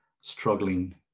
struggling